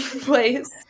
place